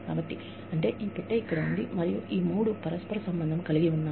కాబట్టి అంటే ఈ మూడు పరస్పర సంబంధం కలిగి ఉన్నాయి